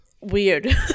weird